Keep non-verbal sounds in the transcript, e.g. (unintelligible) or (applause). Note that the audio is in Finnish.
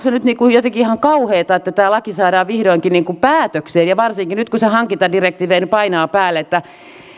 (unintelligible) se jotenkin ihan kauheata että tämä laki saadaan vihdoinkin päätökseen ja varsinkin nyt kun se hankintadirektiivi painaa päälle että